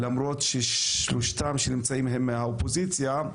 שלמרות שהשלושה שנמצאים הם מהאופוזיציה,